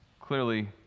Clearly